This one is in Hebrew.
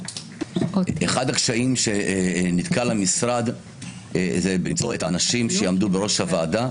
אחד הקשיים שהמשרד נתקל בו זה למצוא את האנשים שיעמדו בראש הוועדה.